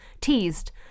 teased